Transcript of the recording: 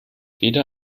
weder